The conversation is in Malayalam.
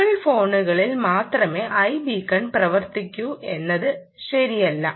ആപ്പിൾ ഫോണുകളിൽ മാത്രമേ iബികോൺ പ്രവർത്തിക്കൂ എന്നത് ശരിയല്ല